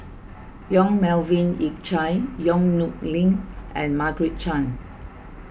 Yong Melvin Yik Chye Yong Nyuk Lin and Margaret Chan